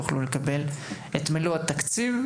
יוכלו לקבל את מלוא התקציב,